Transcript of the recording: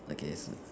okay